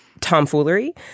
tomfoolery